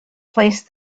placed